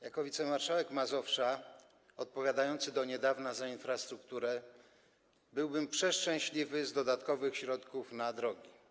Jako wicemarszałek Mazowsza odpowiadający do niedawna za infrastrukturę byłbym przeszczęśliwy z dodatkowych środków na drogi.